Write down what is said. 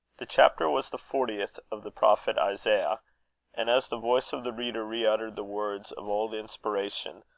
the chapter was the fortieth of the prophet isaiah and as the voice of the reader re-uttered the words of old inspiration,